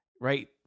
right